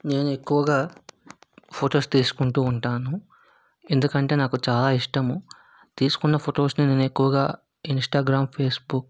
నేను ఎక్కువగా ఫొటోస్ తీసుకుంటూ ఉంటాను ఎందుకంటే నాకు చాలా ఇష్టము తీసుకున్న ఫొటోస్ని నేను ఎక్కువగా ఇన్స్టాగ్రామ్ ఫేస్బుక్